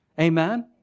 Amen